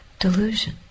delusion